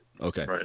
Okay